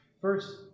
First